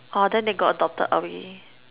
oh then they got adopted already